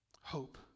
Hope